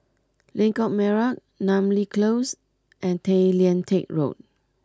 Lengkok Merak Namly Close and Tay Lian Teck Road